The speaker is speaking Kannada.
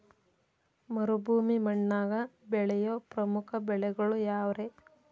ಮರುಭೂಮಿ ಮಣ್ಣಾಗ ಬೆಳೆಯೋ ಪ್ರಮುಖ ಬೆಳೆಗಳು ಯಾವ್ರೇ?